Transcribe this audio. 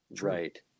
right